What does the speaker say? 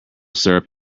syrup